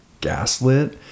gaslit